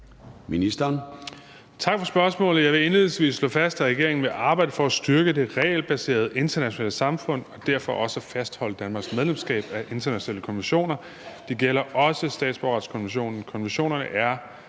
Bek): Tak for spørgsmålet. Jeg vil indledningsvis slå fast, at regeringen vil arbejde for at styrke det regelbaserede internationale samfund og derfor også fastholde Danmarks tilslutning til internationale konventioner, og det gælder også statsborgerretskonventionen. Konventionerne er